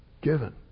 given